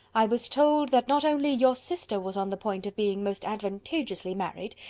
i was told that not only your sister was on the point of being most advantageously married,